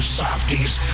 softies